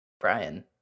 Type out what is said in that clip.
Brian